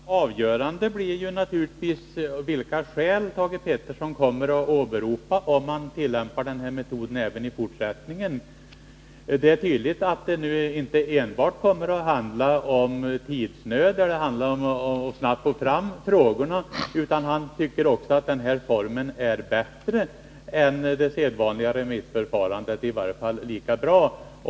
Herr talman! Avgörande blir naturligtvis vilka skäl Thage Peterson kommer att åberopa om man tillämpar den här metoden även i fortsättningen. Det är tydligt att det nu inte enbart kommer att handla om tidsnöd eller om att snabbt få fram frågorna, utan industriministern anser även att den här formen är bättre än det sedvanliga remissförfarandet — åtminstone lika bra.